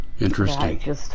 Interesting